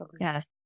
Yes